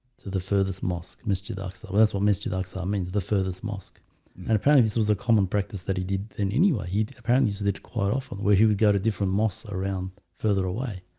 to the farthest mosque masjid aqsa. that's what mr. darkside means the farthest mosque and apparently this was a common practice that he did in anyway, he apparently said it quite often where he would go to different mosques around further away